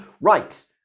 Right